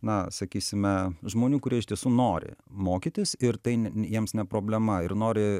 na sakysime žmonių kurie iš tiesų nori mokytis ir tai ne ne jiems ne problema ir nori